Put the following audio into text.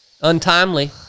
untimely